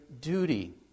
duty